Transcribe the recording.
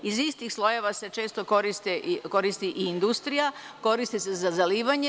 Iz istih slojeva se često koristi i industrija, koriste se za zalivanje.